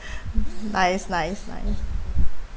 nice nice nice